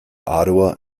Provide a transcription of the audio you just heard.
ottawa